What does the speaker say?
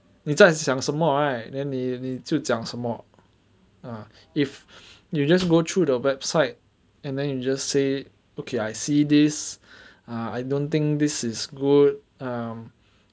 你在想什么 right then 你你就讲什么 if you just go through the website and then you just say okay I see this I don't think this is good um